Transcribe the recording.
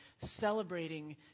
celebrating